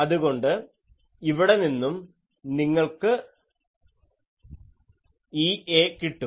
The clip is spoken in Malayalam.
അതുകൊണ്ട് ഇവിടെ നിന്നും നിങ്ങൾക്ക് EAകിട്ടും